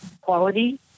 quality